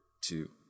two